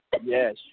Yes